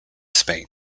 spain